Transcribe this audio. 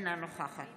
אינה נוכחת